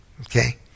okay